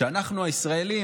שאנחנו הישראלים,